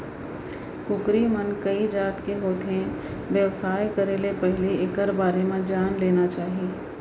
कुकरी मन कइ जात के होथे, बेवसाय करे ले पहिली एकर बारे म जान लेना चाही